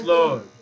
Lord